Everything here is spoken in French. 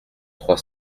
trois